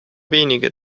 wenige